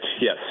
Yes